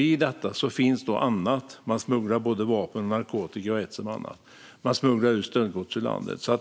I detta finns annat; man smugglar vapen, narkotika och stöldgods in i och ut ur landet.